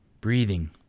breathing